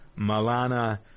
Malana